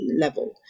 level